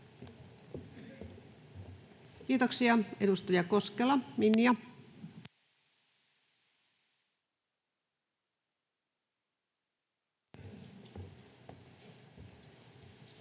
Kiitoksia. — Edustaja Koskela, Minja. Arvoisa